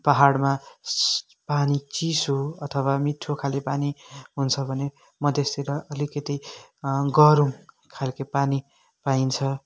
पहाडमा पानी चिसो अथवा मिठो खाले पानी हुन्छ भने मधेशतिर अलिकति गरौँ खाले पानी पाइन्छ